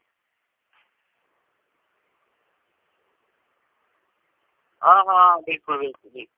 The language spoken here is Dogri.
आं हां बिल्कुल बिल्कुल